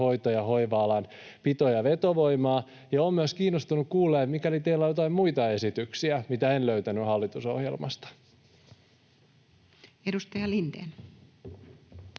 hoito- ja hoiva-alan pito- ja vetovoimaa. Olen myös kiinnostunut kuulemaan, mikäli teillä jotain muita esityksiä, mitä en löytänyt hallitusohjelmasta. [Speech